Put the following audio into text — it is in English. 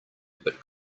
but